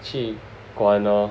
去管 lor